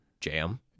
jam